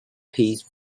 piece